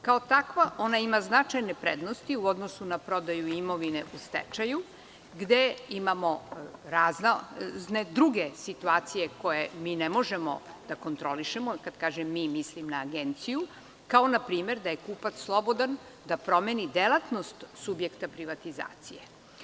Kao takva, ona ima značajne prednosti u odnosu na prodaju imovine u stečaju gde imamo razne druge situacije koje mi ne možemo da kontrolišemo, kada kažem mi, mislim na Agenciju, kao npr. da je kupac slobodan da promeni delatnost subjekta privatizacije.